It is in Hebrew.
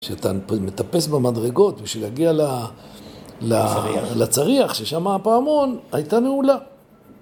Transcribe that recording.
כשאתה מטפס במדרגות בשביל להגיע לצריח, ששמה הפעמון, הייתה נעולה.